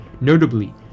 notably